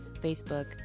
Facebook